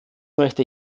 möchte